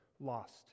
lost